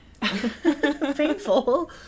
Painful